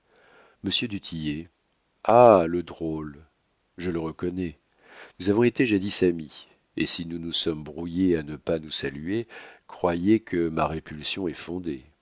monsieur du tillet ah le drôle je le reconnais nous avons été jadis amis et si nous nous sommes brouillés à ne pas nous saluer croyez que ma répulsion est fondée